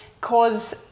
cause